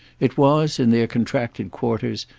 it was, in their contracted quarters,